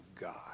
God